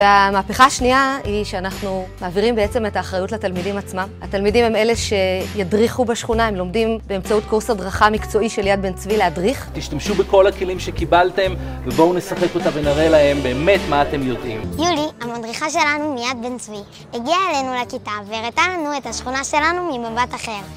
והמהפכה השנייה היא שאנחנו מעבירים בעצם את האחריות לתלמידים עצמם, התלמידים הם אלה שידריכו בשכונה, הם לומדים באמצעות קורס הדרכה מקצועי של יעד בן צבי להדריך. תשתמשו בכל הכלים שקיבלתם ובואו נשחק אותם ונראה להם באמת מה אתם יודעים. יולי, המדריכה שלנו מיד בן צבי, הגיעה אלינו לכיתה והראתה לנו את השכונה שלנו ממבט אחר